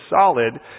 solid